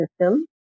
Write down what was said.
system